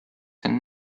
and